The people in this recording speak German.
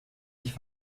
nicht